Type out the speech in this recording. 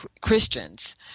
Christians